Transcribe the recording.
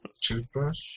Toothbrush